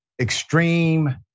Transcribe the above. extreme